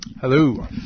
Hello